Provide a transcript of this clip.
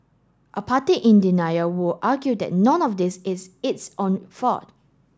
a party in denial would argue that none of this is its own fault